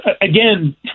again